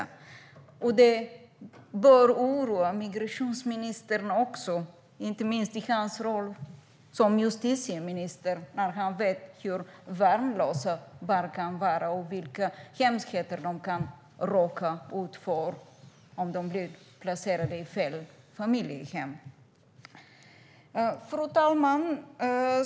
Det bör oroa även justitie och migrationsministern, inte minst i hans roll som justitieminister, när han vet hur värnlösa barn kan vara och vilka hemskheter de kan råka ut för om de blir placerade i fel familjehem. Fru talman!